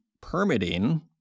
permitting